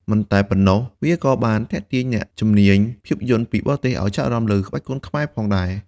មិនតែប៉ុណ្ណោះ វាក៏បានទាក់ទាញអ្នកជំនាញភាពយន្តពីបរទេសឲ្យចាប់អារម្មណ៍លើក្បាច់គុនខ្មែរផងដែរ។